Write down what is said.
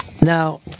Now